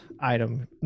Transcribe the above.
item